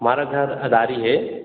हमारा घर हदारी है